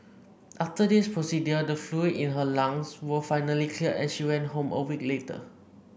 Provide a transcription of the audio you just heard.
after this procedure the fluid in her lungs were finally cleared and she went home a week later